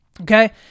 Okay